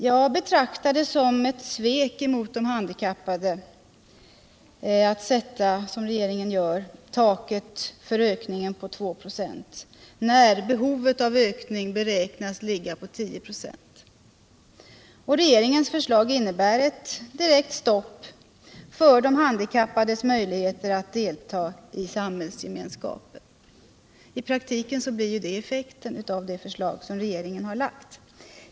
Jag betraktar det som ett svek mot de handikappade att, som regeringen gör, sätta taket för ökningen på 2 96, när behovet av ökningen beräknas ligga på 10 96. Regeringens förslag innebär ett direkt stopp för de handikappades möjligheter att delta i samhällsgemenskapen — det blir i praktiken effekten av det förslag som regeringen har lagt.